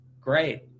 great